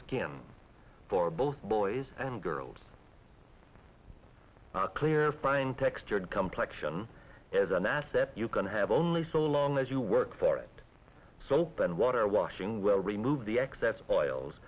skin for both boys and girls not clear fine textured complection is an asset you can have only so long as you work for it soap and water washing will remove the excess oils